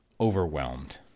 overwhelmed